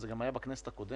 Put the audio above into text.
זה גם היה בכנסת הקודמת,